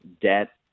debt